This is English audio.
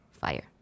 fire